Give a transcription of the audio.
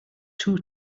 two